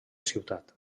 ciutat